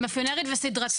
מאפיונרית וסדרתית.